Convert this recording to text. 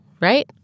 right